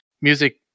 music